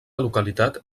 localitat